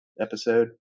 episode